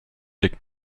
legt